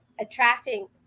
attracting